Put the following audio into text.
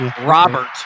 Robert